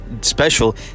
special